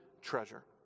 treasure